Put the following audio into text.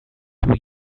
two